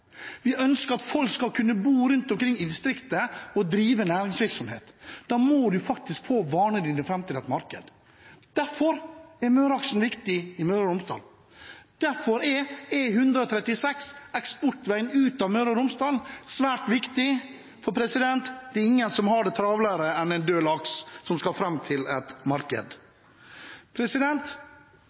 Vi ønsker at folk skal kunne bo rundt omkring i distriktet og drive næringsvirksomhet. Da må man faktisk få varene sine fram til et marked. Derfor er Møreaksen viktig i Møre og Romsdal. Derfor er E136, eksportveien ut av Møre og Romsdal, svært viktig. For det er ingen som har det travlere enn en død laks som skal fram til et marked.